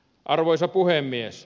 arvoisa puhemies